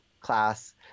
class